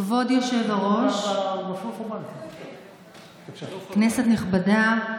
כבוד היושב-ראש, כנסת נכבדה,